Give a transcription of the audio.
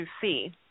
see